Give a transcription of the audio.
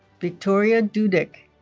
victoria dudek